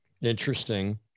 Interesting